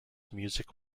music